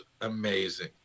amazing